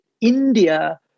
India